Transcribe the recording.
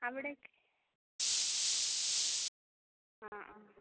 അവിടേക്ക് ആ ആ